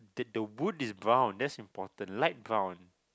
th~ the wood is brown that's important light brown